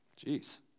Jeez